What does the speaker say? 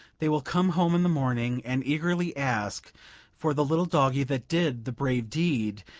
they will come home in the morning, and eagerly ask for the little doggie that did the brave deed,